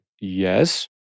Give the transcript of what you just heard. yes